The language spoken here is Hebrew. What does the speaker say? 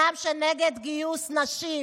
אדם שנגד גיוס נשים,